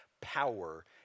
power